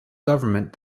government